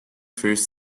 first